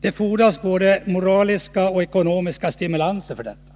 Det behövs både moraliska och ekonomiska stimulanser för detta.